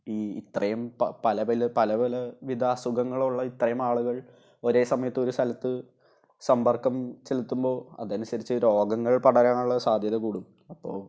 ഈ ഇത്രയും പല പല വിധ അസുഖങ്ങളുള്ള ഇത്രയും ആളുകൾ ഒരേ സമയത്തൊരു സ്ഥലത്ത് സമ്പർക്കം ചെലുത്തുമ്പോൾ അതനുസരിച്ച് രോഗങ്ങൾ പടരാനുള്ള സാദ്ധ്യത കൂടും അപ്പോൾ